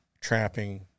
trapping